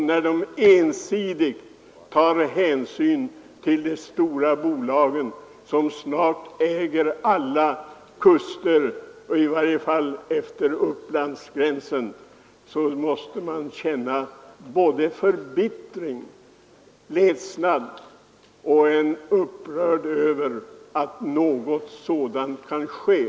När de ensidigt tar hänsyn till de stora bolagen, som snart äger alla kuster i varje fall utefter Uppland, så måste man känna både förbittring, ledsnad och upprördhet över att något sådant kan ske.